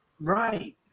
Right